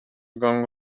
going